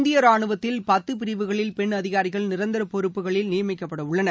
இந்திய ராணுவத்தில் பத்து பிரிவுகளில் பெண் அதிகாரிகள் நிரந்தர பொறுப்புகளில் நியமிக்கப்பட உள்ளனர்